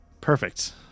Perfect